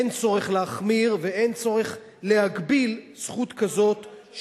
אין צורך להחמיר ואין צורך להגביל זכות כזאת,